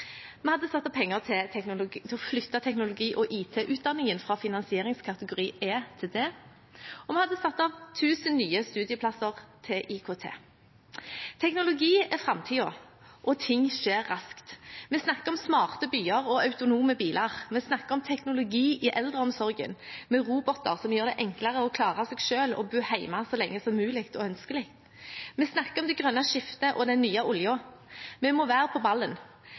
Vi hadde satt av penger til å flytte teknologi- og IT-utdanningen fra finansieringskategori E til D, og vi hadde satt av 1 000 nye studieplasser til IKT. Teknologi er framtiden, og ting skjer raskt. Vi snakker om smarte byer og autonome biler, vi snakker om teknologi i eldreomsorgen med roboter som gjør det enklere å klare seg selv og bo hjemme så lenge som mulig og ønskelig. Vi snakker om det grønne skiftet og den nye oljen. Vi må være på ballen.